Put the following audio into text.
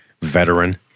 veteran